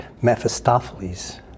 Mephistopheles